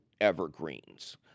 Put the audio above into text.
evergreens